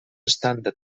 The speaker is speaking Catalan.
estan